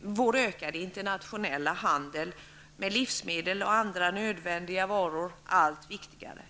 vår ökade internationella handel med livsmedel och andra nödvändiga varor allt viktigare.